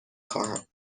خواهم